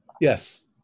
Yes